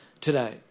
today